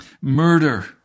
murder